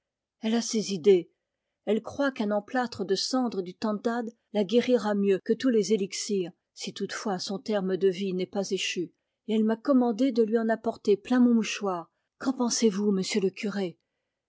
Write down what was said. elle a ses idées elle croit qu'un emplâtre de cendre du tantad la guérira mieux que tous les élixirs si toutefois son terme de vie n'est pas échu et elle m'a commandé de lui en apporter plein mon mouchoir qu'en pensez vous monsieur le curé